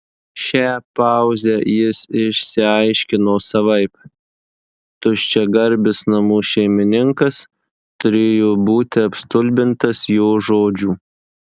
šią pauzę jis išsiaiškino savaip tuščiagarbis namų šeimininkas turėjo būti apstulbintas jo žodžių